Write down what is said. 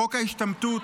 חוק ההשתמטות